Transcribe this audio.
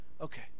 okay